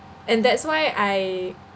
and that's why I